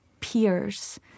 peers